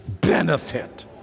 benefit